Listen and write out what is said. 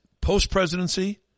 post-presidency